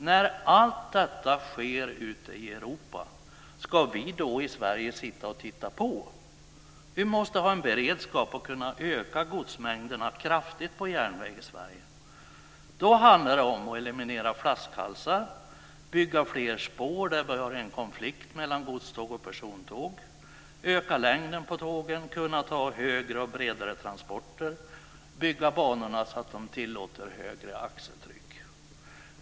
När allt detta sker ute i Europa, ska vi i Sverige då sitta och titta på? Vi måste ha en beredskap och kunna öka godsmängderna kraftigt på järnvägen i Sverige. Då handlar det om att eliminera flaskhalsar, om att bygga fler spår där det finns en konflikt mellan godståg och persontång, om att öka längden på tågen, om att kunna ta högre och bredare transporter och om att bygga banorna så att de tillåter högre axeltryck.